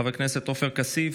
חבר הכנסת עופר כסיף,